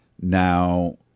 now